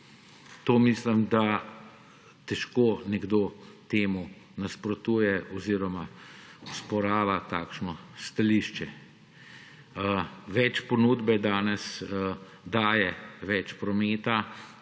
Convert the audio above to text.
Mislim, da težko nekdo temu nasprotuje oziroma osporava takšno stališče. Več ponudbe danes daje več prometa,